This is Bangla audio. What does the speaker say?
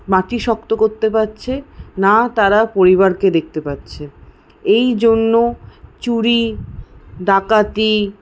মাটি শক্ত করতে পারছে না তারা পরিবারকে দেখতে পারছে এইজন্য চুরি ডাকাতি